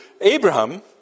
Abraham